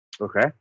Okay